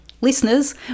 listeners